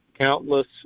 Countless